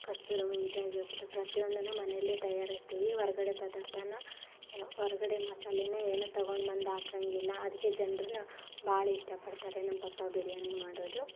ಕಸ್ತೂರಿ ಮೆಂತ್ಯ ಆಗಿರ್ಬೋದು ಪ್ರತಿಯೊಂದೂ ಮನೆಯಲ್ಲೆ ತಯಾರಿಸ್ತೀವಿ ಹೊರಗಡೆ ಪರ್ದಾರ್ಥನ ಹೊರಗಡೆ ಮಸಾಲೆನೆ ಏನು ತಗೊಂಡು ಬಂದು ಹಾಕೋಂಗಿಲ್ಲ ಅದಕ್ಕೆ ಜನರೂ ಭಾಳ ಇಷ್ಟಪಡ್ತಾರೆ ನಮ್ಮ ಪಪ್ಪ ಬಿರಿಯಾನಿ ಮಾಡೋದು